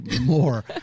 more